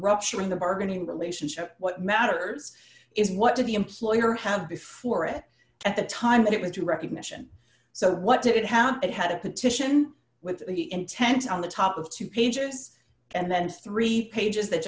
rupturing the bargaining relationship what matters is what did the employer have before it at the time that it was due recognition so what did it how it had a petition with intent on the top of two pages and then three pages that